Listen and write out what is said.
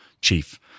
chief